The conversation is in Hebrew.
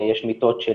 יש מיטות של